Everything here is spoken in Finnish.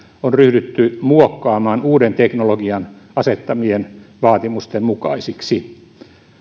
on ryhdytty muokkaamaan uuden teknologian asettamien vaatimusten mukaisiksi